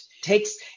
takes